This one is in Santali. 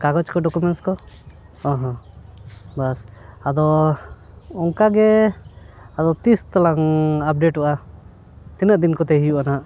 ᱠᱟᱜᱚᱡᱽ ᱠᱚ ᱰᱚᱠᱢᱮᱱᱥ ᱠᱚ ᱦᱚᱸ ᱦᱚᱸ ᱵᱟᱥ ᱟᱫᱚ ᱚᱱᱠᱟ ᱜᱮ ᱟᱫᱚ ᱛᱤᱥ ᱛᱟᱞᱟᱝ ᱟᱯᱰᱮᱴᱚᱜᱼᱟ ᱛᱤᱱᱟᱹᱜ ᱫᱤᱱ ᱠᱚᱛᱮ ᱦᱩᱭᱩᱜᱼᱟ ᱦᱟᱸᱜ